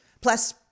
Plus